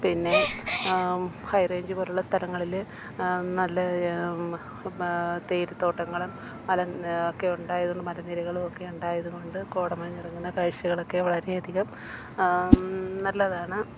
പിന്നെ ഹൈറേഞ്ച് പിന്നെ high range പോലുള്ള സ്ഥലങ്ങളിൽ നല്ല തേയിലത്തോട്ടങ്ങളും മല ഒക്കെയുണ്ടായിരുന്നു മലനിരകളും ഒക്കെ ഉണ്ടായതുകൊണ്ട് കോട മഞ്ഞിറങ്ങുന്ന കാഴ്ച്ചകളക്കെ വളരെയധികം നല്ലതാണ്